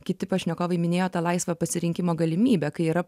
kiti pašnekovai minėjo tą laisvą pasirinkimo galimybę kai yra